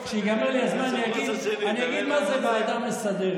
כשייגמר לי הזמן אני אגיד מה זו ועדה מסדרת.